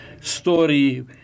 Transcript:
story